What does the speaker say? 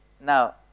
now